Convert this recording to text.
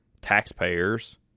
taxpayers